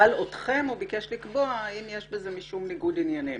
אבל אתכם הוא ביקש לקבוע אם יש בזה משום ניגוד עניינים.